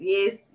Yes